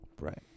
Right